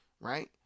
right